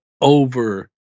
over